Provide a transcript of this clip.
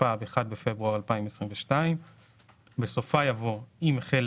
התשפ"ב (1 בפברואר 2022)". בסופה יבוא: "(3)אם החל